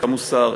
המוסר,